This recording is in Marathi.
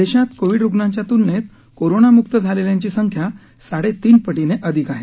देशात कोविड रुग्णांच्या तुलनेत कोरोनामुक्त झालेल्याची संख्या साडे तीन पटीने अधिक आहे